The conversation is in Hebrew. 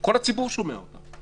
כל הציבור שומע אותה,